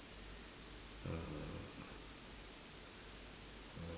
uhh